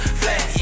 flat